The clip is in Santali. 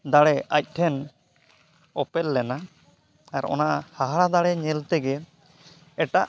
ᱫᱟᱲᱮ ᱟᱡ ᱴᱷᱮᱱ ᱩᱯᱮᱞ ᱞᱮᱱᱟ ᱟᱨ ᱚᱱᱟ ᱦᱟᱦᱟᱲᱟᱜ ᱫᱟᱲᱮ ᱧᱮᱞ ᱛᱮᱜᱮ ᱮᱴᱟᱜ